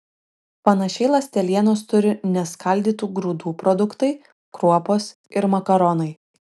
panašiai ląstelienos turi neskaldytų grūdų produktai kruopos ir makaronai